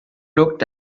looked